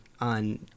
on